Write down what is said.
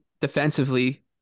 Defensively